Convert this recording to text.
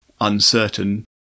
uncertain